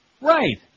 Right